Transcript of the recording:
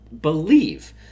believe